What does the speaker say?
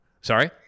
Sorry